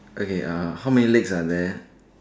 okay uh how many legs are there